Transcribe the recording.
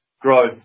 growth